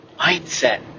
mindset